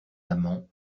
amans